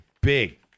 big